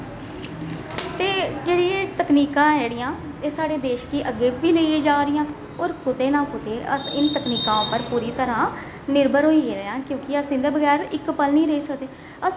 ते जेहडी एह् तकनीकां जेह्डियां एह् साढ़े देश गी अग्गें बी लेइये जा'रदियां होर कुतै ना कुतै अस इनें तकनीकें उप्पर पूरी तरह निर्भर होई गेदे आं क्योकि अस इं'दे बगैर इक पल नेईं रेही सकदे अस